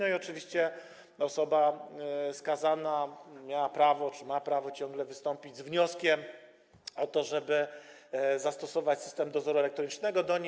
Oczywiście osoba skazana miała prawo czy ma prawo ciągle wystąpić z wnioskiem o to, żeby zastosować system dozoru elektronicznego wobec niej.